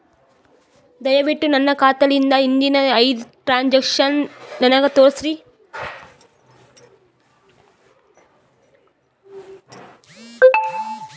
ದಯವಿಟ್ಟು ನನ್ನ ಖಾತಾಲಿಂದ ಹಿಂದಿನ ಐದ ಟ್ರಾಂಜಾಕ್ಷನ್ ನನಗ ತೋರಸ್ರಿ